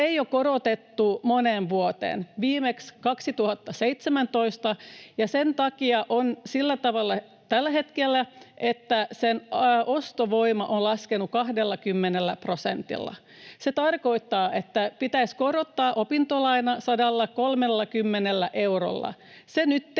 ei ole korotettu moneen vuoteen, viimeksi 2017, ja sen takia on sillä tavalla tällä hetkellä, että sen ostovoima on laskenut 20 prosentilla. Se tarkoittaa, että pitäisi korottaa opintolainaa 130 eurolla.